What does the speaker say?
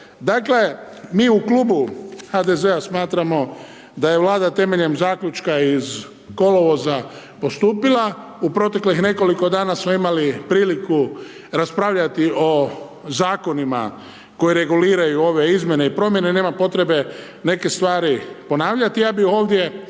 Dakle, mi u Klubu HDZ-a smatramo da je vlada temeljem zaključka iz kolovoza postupila, u proteklih nekoliko dana samo imali priliku raspravljati o zakonima, koji reguliraju ove izmjene i promjene, nema potrebe neke stvari ponavljati.